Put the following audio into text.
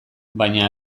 baina